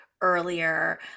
earlier